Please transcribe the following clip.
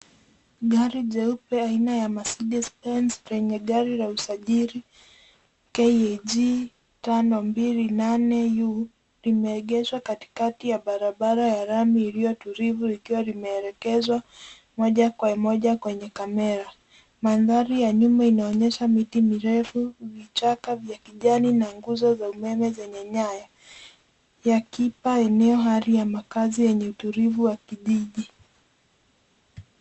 Gari jeupe aina ya mercedes benz lenye gari la usajili KAG 528 U limeegeshwa katikati ya barabara ya lani iliyotulivu likiwa limeelekezwa moja kwa moja kwenye kamera. Mandhari ya nyuma inaonyesha miti mirefu, vichaka vya kijani na nguzo za umeme zenye nyaya yakiipa eneo hali ya makazi yenye utulivu wa kijiji.